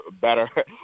better